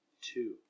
Two